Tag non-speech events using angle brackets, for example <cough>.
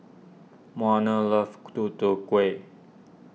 Marner loves <unintelligible> Tutu Kueh